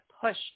push